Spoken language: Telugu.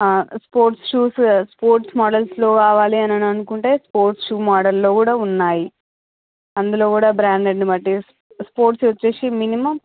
స్పోర్ట్ షూస్ స్పోర్ట్స్ మోడల్స్లో కావాలి అని అనుకుంటే స్పోర్ట్స్ షూ మోడల్లో కూడా ఉన్నాయి అందులో కూడా బ్రాండెడ్ను బట్టి స్పోర్ట్స్ వచ్చేసి మినిమం